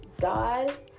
god